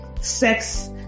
sex